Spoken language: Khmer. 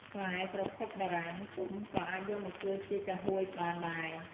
ផ្លែក្រខុបបារាំងទុំក៏អាចយកមកធ្វើជាចាហួយបានដែរ។